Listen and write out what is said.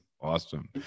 Awesome